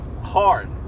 hard